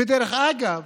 ודרך אגב,